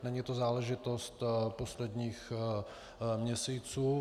Není to záležitost posledních měsíců.